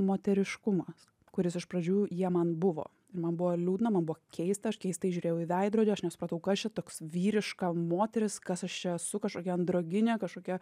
moteriškumas kuris iš pradžių jie man buvo man buvo liūdna man buvo keista aš keistai žiūrėjau į veidrodį aš nesupratau kas čia toks vyriška moteris kas aš čia esu kažkokia androginė kažkokia